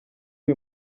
uyu